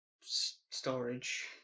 storage